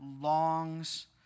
longs